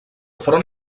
front